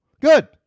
Good